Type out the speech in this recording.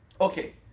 Okay